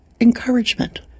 encouragement